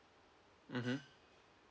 mmhmm